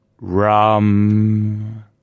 rum